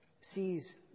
sees